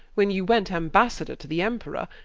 when you went ambassador to the emperor,